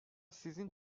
sizin